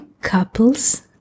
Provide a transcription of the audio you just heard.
couples